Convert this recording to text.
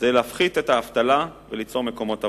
היא להפחית את האבטלה וליצור מקומות עבודה,